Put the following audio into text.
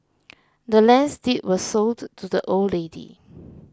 the land's deed was sold to the old lady